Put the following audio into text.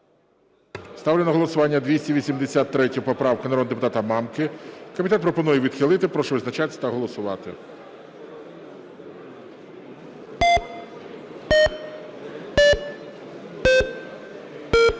Ставлю на голосування 283 поправку народного депутата Мамки. Комітет пропонує відхилити. Прошу визначатись та голосувати.